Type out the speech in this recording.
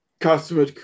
customer